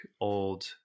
old